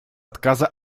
отказа